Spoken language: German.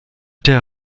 der